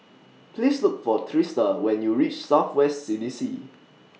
Please Look For Trista when YOU REACH South West C D C